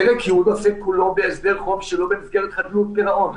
פרק י' עוסק כולו בהסדר חוב שלא במסגרת חדלות פירעון.